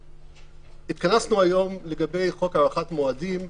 התכנסנו היום לגבי חוק הארכת מועדים,